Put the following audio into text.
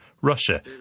Russia